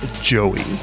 Joey